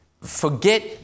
forget